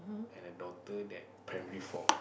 and a daughter that primary four